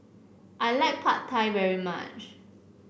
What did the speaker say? I like Pad Thai very much